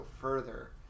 further